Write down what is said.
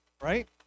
right